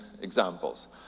examples